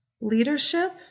leadership